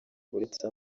uretse